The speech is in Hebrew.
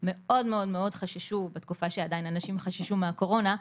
מאוד מאוד חששו בתקופה שעדיין אנשים חששו מהקורונה,